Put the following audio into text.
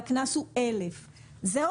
והקנס הוא 1,000. זו